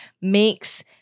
makes